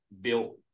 built